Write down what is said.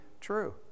true